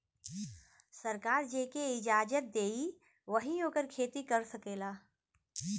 सरकार जेके इजाजत देई वही ओकर खेती कर सकेला